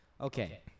Okay